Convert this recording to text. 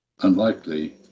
unlikely